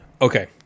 Okay